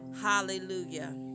hallelujah